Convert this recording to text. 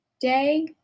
day